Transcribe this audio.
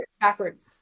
backwards